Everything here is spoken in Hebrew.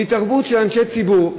בהתערבות של אנשי ציבור,